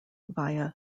via